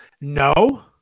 no